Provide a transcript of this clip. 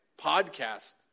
podcast